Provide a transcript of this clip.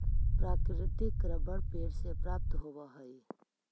प्राकृतिक रबर पेड़ से प्राप्त होवऽ हइ